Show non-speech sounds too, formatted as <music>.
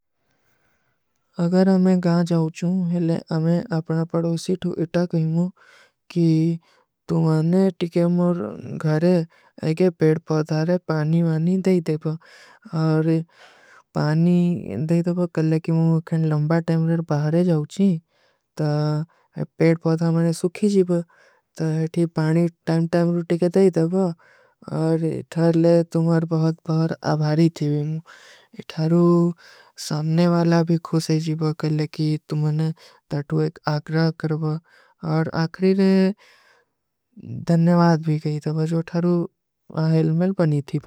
ଅଗର ହମେଂ ଗହାଁ ଜାଊଚୂ, ହେଲେ ହମେଂ ଆପନା ପଡୋସୀ ଥୁ ଇତା କହୀମୋଂ କି ତୁମ୍ହାନେ ଟିକେ ମୁର ଘରେ ଏକେ ପେଡ ପଧାରେ ପାନୀ ମାନୀ ଦେଖେ ଦେଖେ ଔର ପାନୀ <hesitation> ଦେଖେ ଦେଖେ କଲେ କି ମୁଂ ଅଖେଂ ଲଂବା ଟାମିଲେର ବହାରେ ଜାଊଚୀ ତା ଯେ ପେଡ ପଧାରେ ମୈଂନେ ସୁଖୀ ଜୀ ତୋ ଯେ ଥୀ ପାନୀ ଟୈମ ଟୈମ ରୁଟେ କେ ଦୈଗେ ତବ ଔର ଇଥାରଲେ ତୁମ୍ହାର ବହୁତ ବହୁତ ଆଭାରୀ ଥୀ ଵିମୁଂ ଇଥାରୂ ସାମନେ ଵାଲା ଭୀ ଖୁସେଜୀ ବଗଲେ କୀ ତୁମନେ ତାଟୂ ଏକ ଆଗରା କରବା ଔର ଆଖରୀ ରେ <hesitation> ଧନ୍ଯଵାଦ ଭୀ ଗଈ ତବ ଜୋ ଥାରୂ ହୈଲ୍ମେଲ ବନୀ ଥୀ ବହୁତ।